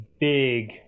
big